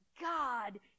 God